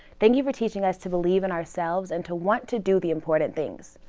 thank you for teaching us to believe in ourselves and to what to do the important things,